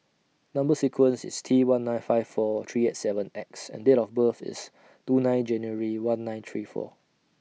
Number sequence IS T one nine five four three eight seven X and Date of birth IS two nine January one nine three four